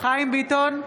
חיים ביטון,